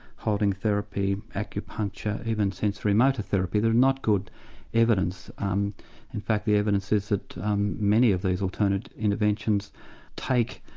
holding therapy, acupuncture even sensory motor therapy there is not good evidence um in fact the evidence is that um many of these alternative interventions take